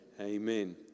Amen